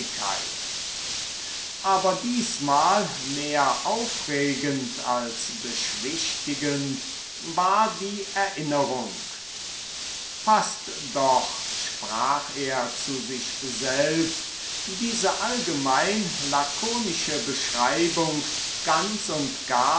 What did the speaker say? aber diesmal mehr aufregend als beschwichtigend war die erinnerung paßt doch sprach er zu sich selbst diese allgemein lakonische beschreibung ganz und gar